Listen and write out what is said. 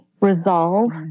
resolve